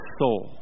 soul